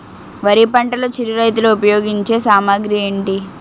వరి పంటలో చిరు రైతులు ఉపయోగించే సామాగ్రి ఏంటి?